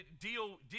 deal